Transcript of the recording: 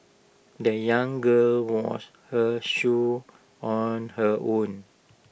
the young girl washed her shoes on her own